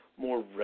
more